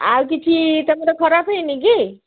ଆଉ କିଛି ତମର ଖରାପ ହେଇନି କି